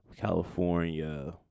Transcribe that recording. California